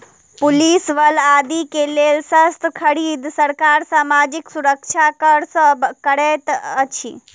police बल आदि के लेल शस्त्र खरीद, सरकार सामाजिक सुरक्षा कर सँ करैत अछि